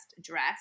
dress